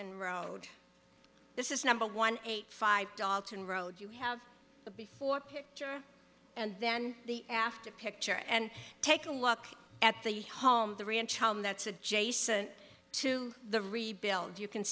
dalton road this is number one eight five dalton road you have the before picture and then the after picture and take a look at the home the ranch home that's adjacent to the rebuild you can